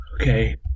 Okay